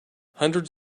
hundreds